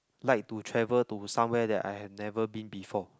like to travel to somewhere that I have never been before